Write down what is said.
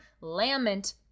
lament